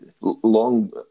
long